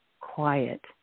quiet